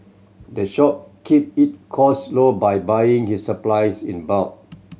the shop keep it costs low by buying its supplies in bulk